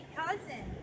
cousin